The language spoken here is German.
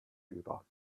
über